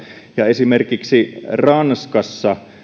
ja esimerkiksi ranskassa